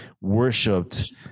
worshipped